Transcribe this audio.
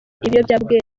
ibiyobyabwenge